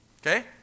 Okay